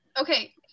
Okay